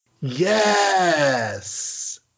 Yes